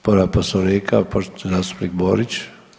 Povreda Poslovnika poštovani zastupnik Borić.